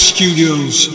Studios